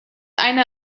eine